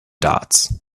dots